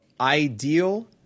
ideal